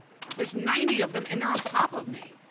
there's ninety of them and they're on top of me!